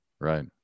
Right